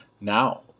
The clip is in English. now